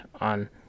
on